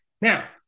Now